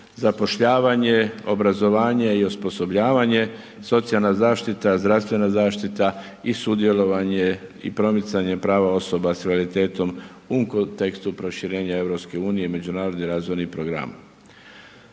zapošljavanje, obrazovanje i osposobljavanje, socijalna zaštita, zdravstvena zaštita i sudjelovanje i promicanje prava osoba sa invaliditetom u kontekstu proširenja EU i Međunarodnih razvojnih programa.